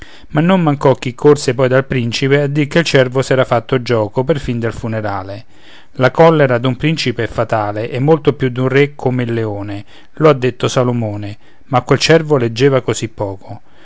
ma non mancò chi corse poi dal principe a dir che il cervo s'era fatto gioco perfin del funerale la collera d'un principe è fatale e molto più d'un re come il leone lo ha detto salomone ma quel cervo leggeva così poco